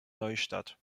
neustadt